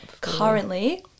currently